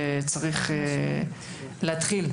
וצריך להתחיל.